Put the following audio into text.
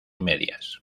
medias